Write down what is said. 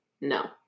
No